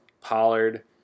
Pollard